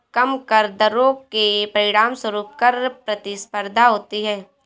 कम कर दरों के परिणामस्वरूप कर प्रतिस्पर्धा होती है